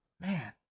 man